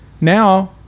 now